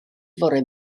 fore